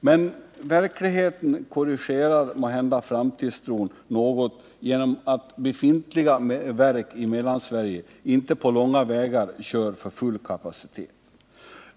Men verkligheten korrigerar måhända framtidstron något genom att befintliga verk i Mellansverige inte på långa vägar kör på full kapacitet.